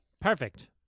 Perfect